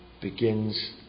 begins